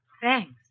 Thanks